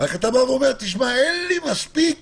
אתה אומר שאין לך מספיק